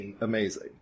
amazing